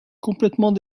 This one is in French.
complètement